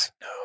No